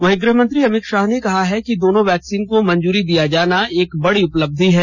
वहीं गृह मंत्री अमित शाह ने कहा है कि दोनों वैक्सीन को मंजूरी दिया जाना एक बड़ी उपलब्धि है